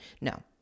No